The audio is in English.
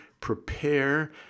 prepare